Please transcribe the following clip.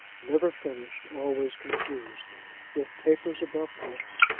never finished, always confused with papers above books,